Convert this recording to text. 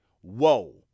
Whoa